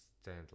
stand